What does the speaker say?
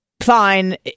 fine